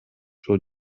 suo